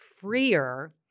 freer